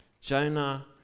Jonah